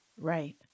Right